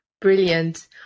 Brilliant